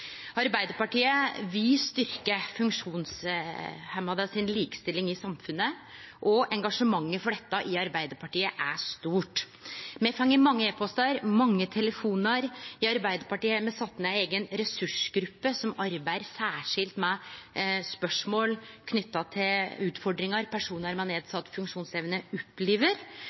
Arbeidarpartiet vil styrkje likestillinga for funksjonshemma i samfunnet, og engasjementet for dette i Arbeidarpartiet er stort. Me har fått mange e-postar og mange telefonar, og me har sett ned ei eiga ressursgruppe som arbeider særskilt med spørsmål knytte til utfordringar personar med nedsett funksjonsevne opplever.